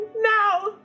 Now